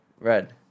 Red